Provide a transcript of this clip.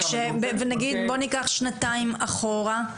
ונגיד בוא ניקח שנתיים אחורה,